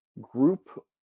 group